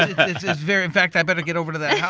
it's it's very in fact, i better get over to that house